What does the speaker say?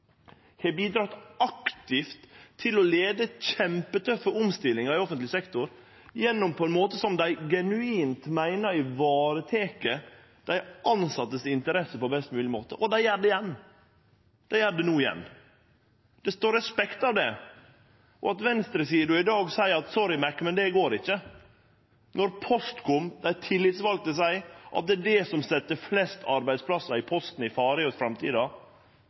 har bidrege aktivt til å leie kjempetøffe omstillingar i offentleg sektor, på ein måte som dei genuint meiner varetek interessene til dei tilsette på best mogleg måte. Og dei gjer det no igjen. Det står respekt av det. Og at venstresida i dag seier «Sorry, Mac», men det går ikkje – når Postkom, dei tillitsvalde, seier at det er det som set flest arbeidsplassar i Posten i fare i framtida,